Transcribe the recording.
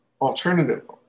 alternative